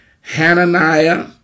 Hananiah